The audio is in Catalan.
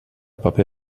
paper